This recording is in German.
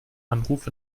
anruf